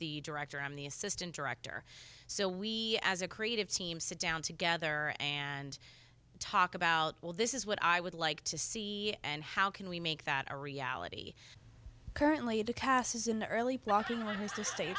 the director i'm the assistant director so we as a creative team sit down together and talk about well this is what i would like to see and how can we make that a reality currently the cast is in the early blocking was the s